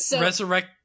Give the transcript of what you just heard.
resurrect